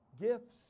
gifts